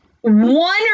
one